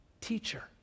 teacher